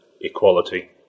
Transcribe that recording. equality